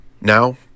Now